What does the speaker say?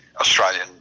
Australian